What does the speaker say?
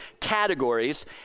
categories